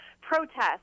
protests